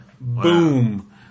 Boom